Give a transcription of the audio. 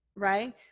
right